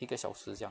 一个小时这样